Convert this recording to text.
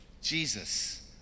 Jesus